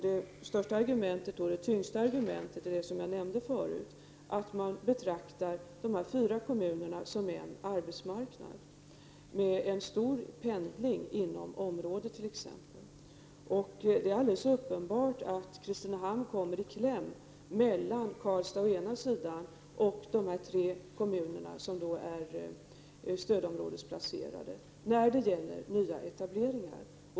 Det tyngst vägande argumentet är det som jag nämnde förut, nämligen att de fyra kommunerna betraktas som en arbetsmarknad och att det förekommer en omfattande pendling inom området. Det är alldeles uppenbart att Kristinehamn när det gäller nya etableringar kommer i kläm mellan Karlstad å ena sidan och de tre kommunerna som är stödområdesplacerade å den andra.